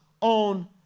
on